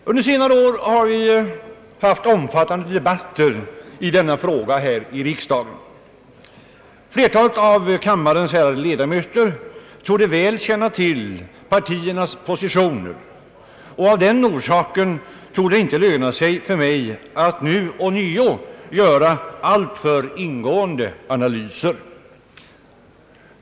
Under senare år har riksdagen haft omfattande debatter i denna fråga. Flertalet av kammarens ärade ledamöter känner säkert till partiernas positioner, och av den orsaken torde det inte löna sig för mig att återigen göra alltför ingående analyser.